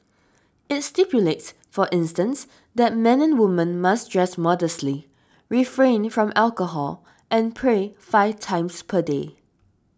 it stipulates for instance that men and women must dress modestly refrain from alcohol and pray five times per day